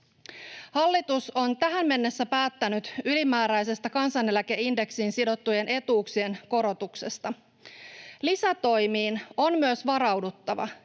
Hallitus on tähän mennessä päättänyt ylimääräisestä kansaneläkeindeksiin sidottujen etuuksien korotuksesta. Lisätoimiin on myös varauduttava,